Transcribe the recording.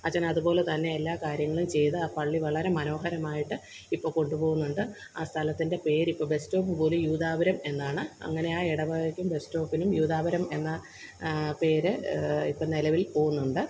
അച്ചന് അതുപോലെ തന്നെ എല്ലാ കാര്യങ്ങളും ചെയ്ത് ആ പള്ളി വളരെ മനോഹരമായിട്ട് ഇപ്പ കൊണ്ട് പോകുന്നുണ്ട് ആ സ്ഥലത്തിന്റെ പേര് ബസ്സ്റ്റോപ്പ് പോലും യൂദാപുരം എന്നാണ് അങ്ങനെയാ ഇടവകയ്ക്കും ബസ്സ്റ്റോപ്പിനും യൂദാപുരം എന്ന പേര് ഇപ്പം നെലവില് പോകുന്നുണ്ട്